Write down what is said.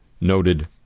noted